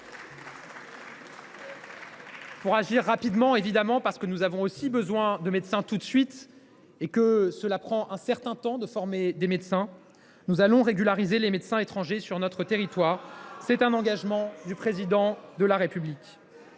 Pour agir rapidement, parce que nous avons besoin de médecins tout de suite et que cela prend du temps d’en former, nous allons régulariser les médecins étrangers sur notre territoire. C’était un engagement du Président de la République.